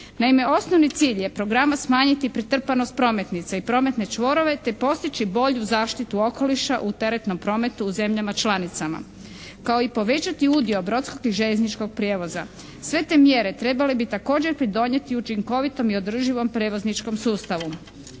Naime osnovni cilj je programa smanjiti pretrpanost prometnica i prometne čvorove te postići bolju zaštitu okoliša u teretnom prometu u zemljama članicama kao i povećati udio brodskog i željezničkog prijevoza. Sve te mjere trebale bi također pridonijeti učinkovitom i održivom prijevozničkom sustavu.